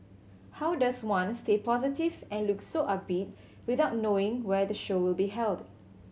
how does one stay positive and look so upbeat without knowing where the show will be held